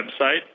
website